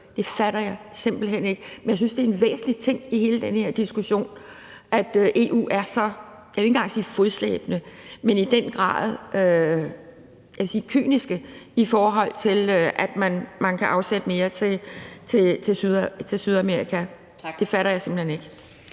Det fatter jeg simpelt hen ikke. Men jeg synes, det er en væsentlig ting i hele den her diskussion, at EU er så, jeg vil ikke engang sige fodslæbende, men i den grad kyniske, i forhold til at man kan afsætte mere til Sydamerika. Det fatter jeg simpelt hen ikke.